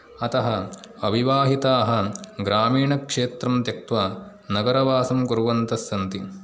अतः अविवाहिताः ग्रामीणक्षेत्रं त्यक्त्वा नगरवासं कुर्वन्तः सन्ति